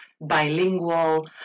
bilingual